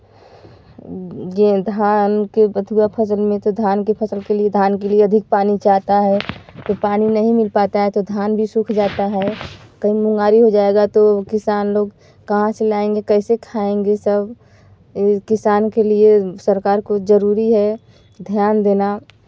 गे धान के बथुआ फ़सल में तो धान के फ़सल के लिए धान के लिए अधिक पानी चाहता है कि पानी नहीं मिल पाता है तो धान भी सुख जाता है कहीं मुंगारी हो जाएगा तो किसान लोग कहाँ से लाएँगे कैसे खाएँगे सब किसान के लिए सरकार को ज़रूरी है ध्यान देना